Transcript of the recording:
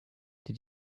did